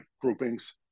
groupings